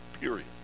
Period